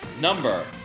number